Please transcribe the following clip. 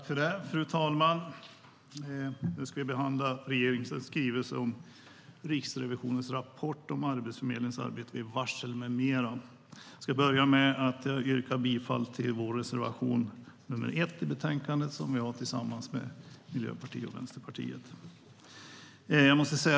Fru talman! Nu ska vi behandla regeringens skrivelse om Riksrevisionens rapport om Arbetsförmedlingens arbete vid varsel med mera. Jag börjar med att yrka bifall till reservation nr 1 i betänkandet, som vi har tillsammans med Miljöpartiet och Vänsterpartiet.